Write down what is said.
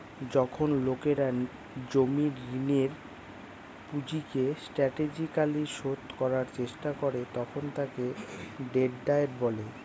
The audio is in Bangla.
যখন লোকেরা জমির ঋণের পুঁজিকে স্ট্র্যাটেজিকালি শোধ করার চেষ্টা করে তখন তাকে ডেট ডায়েট বলে